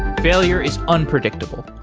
failure is unpredictable.